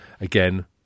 Again